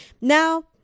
now